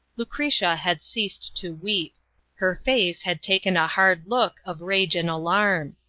lucretia had ceased to weep her face had taken a hard look of rage and alarm.